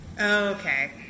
okay